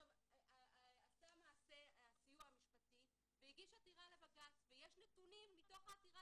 עשה מעשה הסיוע המשפטי והגיש עתירה לבג"צ ויש נתונים מתוך העתירה